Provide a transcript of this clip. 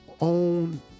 own